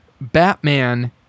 Batman